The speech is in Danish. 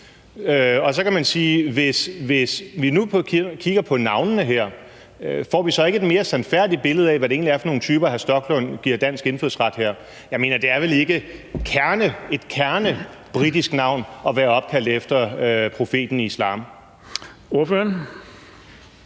29. Så kan man sige, at hvis vi nu kigger på navnene her, får vi så ikke et mere sandfærdigt billede af, hvad det egentlig er for nogle typer, hr. Rasmus Stoklund giver dansk indfødsret her? Jeg mener, det er vel ikke et kernebritisk navn at være opkaldt efter profeten i islam. Kl.